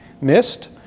missed